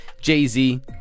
Jay-Z